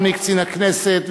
אדוני קצין הכנסת,